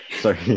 Sorry